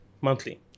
monthly